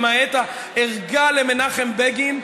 למעט הערגה למנחם בגין.